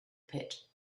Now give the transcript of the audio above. pit